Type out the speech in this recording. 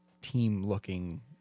team-looking